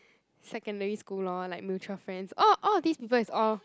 secondary school loh like mutual friends all all of these people is all